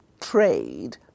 trade